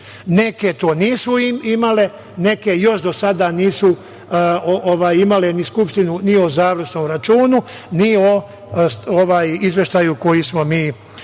neke to nisu imale, neke još do sada nisu imale ni skupštinu o završnom računu, ni o izveštaju, koji smo mi sastavili